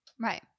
Right